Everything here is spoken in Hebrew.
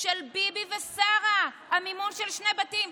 של ביבי ושרה, המימון של שני בתים.